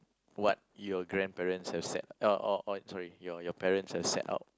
what your grandparents have set or or or sorry your parents have set out